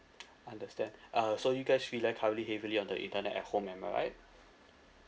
understand uh so you guys rely currently heavily on the internet at home am I right